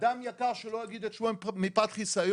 אדם יקר שלא אגיד את שמו מפאת חיסיון,